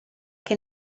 che